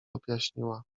objaśniła